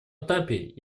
этапе